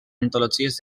antologies